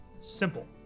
simple